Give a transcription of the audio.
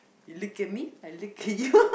look at me I look at you